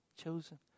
chosen